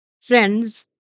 Friends